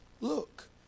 look